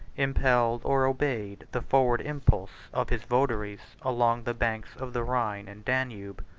impelled or obeyed the forward impulse of his votaries along the banks of the rhine and danube.